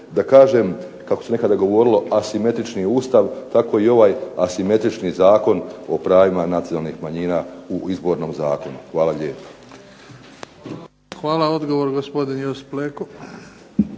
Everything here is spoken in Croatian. da kažem kako se nekada govorilo asimetrični Ustav, tako i ovaj asimetrični zakon o pravima nacionalnih manjina u Izbornom zakonu. Hvala lijepo. **Bebić, Luka (HDZ)** Hvala. Odgovor gospodin Josip Leko.